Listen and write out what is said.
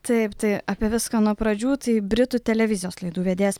taip tai apie viską nuo pradžių tai britų televizijos laidų vedėjas